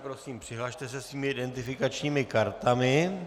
Prosím, přihlaste se svými identifikačními kartami.